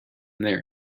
there